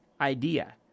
idea